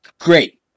great